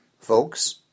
Folks